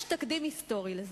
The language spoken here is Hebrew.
יש תקדים היסטורי לזה.